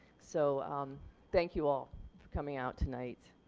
so thank you all for coming out tonight.